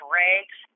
rags